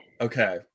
okay